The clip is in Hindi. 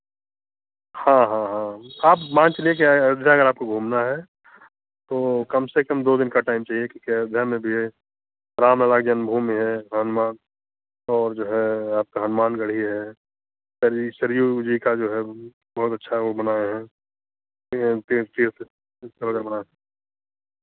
हाँ हाँ हाँ आप मान के चलिए अयोध्या अगर आपको घूमना है तो कम से कम दो दिन का टाइम चाहिए कि क्या है अयोध्या में भी है राम लला की जन्मभूमि है हनुमान और जो है आपका हनुमान गढ़ी है सरयू सरयू जी का जो है बहुत अच्छा वो बनाया है तीर्थ स्थल बना